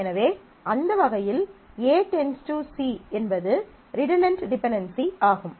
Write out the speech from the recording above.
எனவே அந்த வகையில் A → C என்பது ரிடன்டன்ட் டிபென்டென்சி ஆகும்